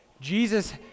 Jesus